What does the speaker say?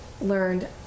learned